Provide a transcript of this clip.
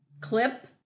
clip